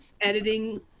editing